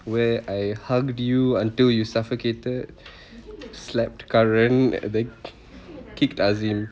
where I hug you until you suffocated slapped curran and then kicked azim